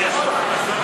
אני מתרגש מהכלה.